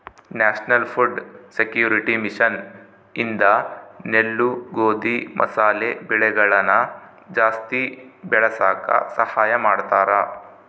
national food security mission ಇಂದ ನೆಲ್ಲು ಗೋಧಿ ಮಸಾಲೆ ಬೆಳೆಗಳನ ಜಾಸ್ತಿ ಬೆಳಸಾಕ ಸಹಾಯ ಮಾಡ್ತಾರ